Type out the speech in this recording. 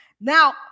now